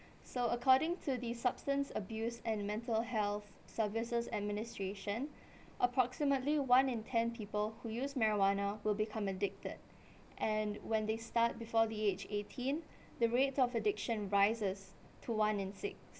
so according to the substance abuse and mental health services administration approximately one in ten people who use marijuana will become addicted and when they start before the age eighteen the rate of addiction rises to one in six